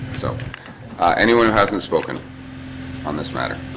so anyone who hasn't spoken on this matter